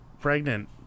pregnant